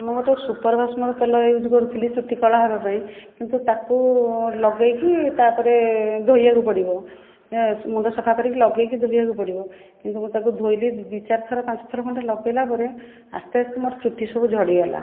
ମୁଁ ଗୋଟେ ସୁପର ଭାସମଲ ତେଲ ୟୁଜ କରୁଥିଲି ଚୁଟି କଳା ହେବା ପାଇଁ କିନ୍ତୁ ତାକୁ ଲଗେଇକି ତା'ପରେ ଧୋଇବାକୁ ପଡ଼ିବ ମୁଣ୍ଡ ସଫା କରିକି ଲଗେଇକି ଧୋଇବାକୁ ପଡ଼ିବ କିନ୍ତୁ ମୁଁ ତାକୁ ଧୋଇଲି ଦୁଇ ଚାରି ଥର ପାଞ୍ଚ ଥର ଖଣ୍ଡେ ଲଗେଇଲା ପରେ ଆସ୍ତେ ଆସ୍ତେ ମୋର ଚୁଟି ସବୁ ଝଡ଼ିଗଲା